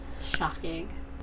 Shocking